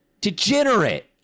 degenerate